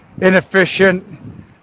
inefficient